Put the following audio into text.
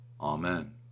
Amen